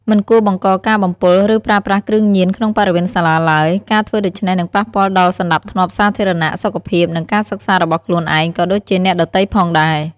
មិនគួរបង្កការបំពុល ឬប្រើប្រាស់គ្រឿងញៀនក្នុងបរិវេណសាលាឡើយ ការធ្វើដូច្នេះនឹងប៉ះពាល់ដល់សណ្តាប់ធ្នាប់សាធារណៈ សុខភាព និងការសិក្សារបស់ខ្លួនឯង ក៏ដូចជាអ្នកដទៃផងដែ។